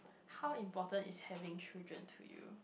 how important is having children to you